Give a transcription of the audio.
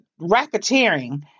racketeering